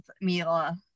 Mila